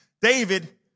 David